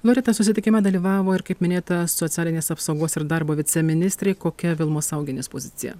loreta susitikime dalyvavo ir kaip minėta socialinės apsaugos ir darbo viceministrė kokia vilmos augienės pozicija